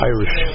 Irish